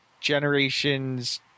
Generations